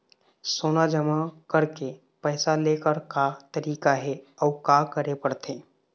सोना जमा करके पैसा लेकर का तरीका हे अउ का करे पड़थे?